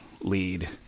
lead